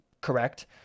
correct